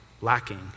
lacking